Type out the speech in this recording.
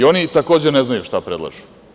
I oni, takođe, ne znaju šta predlažu.